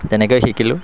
তেনেকৈ শিকিলোঁ